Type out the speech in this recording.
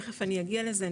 תיכף אני אגיע לזה,